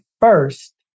first